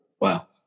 Wow